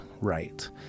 right